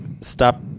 stop